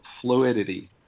fluidity